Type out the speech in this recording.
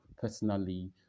Personally